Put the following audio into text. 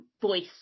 voice